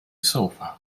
sofa